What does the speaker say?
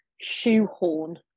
shoehorn